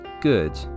good